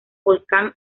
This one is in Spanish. volcán